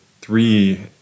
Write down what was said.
three